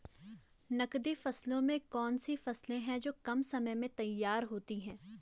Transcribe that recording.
नकदी फसलों में कौन सी फसलें है जो कम समय में तैयार होती हैं?